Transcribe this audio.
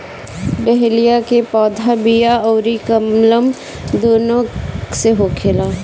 dahlia के पौधा बिया अउरी कलम दूनो से होखेला